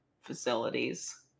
facilities